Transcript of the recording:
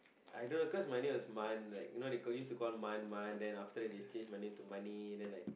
I don't know cause my name was Man like you know they call they use to call Man Man then after that they change my name to money then like